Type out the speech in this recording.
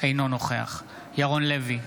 אינו נוכח ירון לוי,